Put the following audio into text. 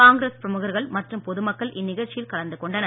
காங்கிரஸ் பிரழுகர்கள் மற்றும் பொதுமக்கள் இந்நிகழ்ச்சியில் கலந்து கொண்டனர்